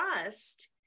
trust